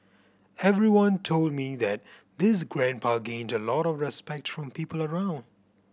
everyone told me that this grandpa gained a lot of respect from people around